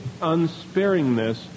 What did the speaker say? unsparingness